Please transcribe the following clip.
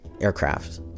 aircraft